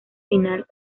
final